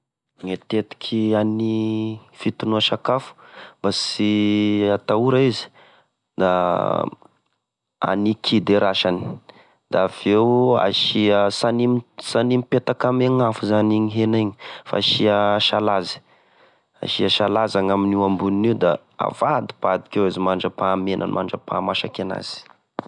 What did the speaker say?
E tetika any fitonoa sakafo mba sy hatahora izy! Da any kidy e rasany, da avy eo, asia, sy any, sy any mipetaka ame gn'afo zany iny hena iny, fa asia salaza, asia salaza, ny aminio ambonin'io da avadibadika eo izy mandrapahamenany mandrapahamasaky anazy.